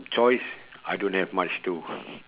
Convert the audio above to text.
choice I don't have much too